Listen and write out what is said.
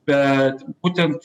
bet būtent